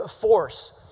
force